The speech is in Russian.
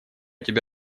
тебе